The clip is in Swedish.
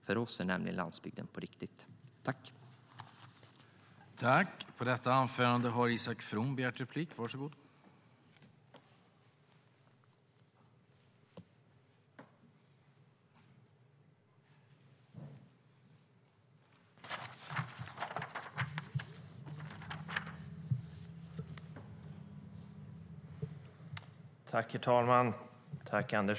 För oss är nämligen landsbygden på riktigt.